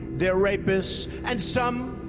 they're rapists, and some,